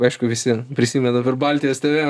aišku visi prisimena per baltijos tv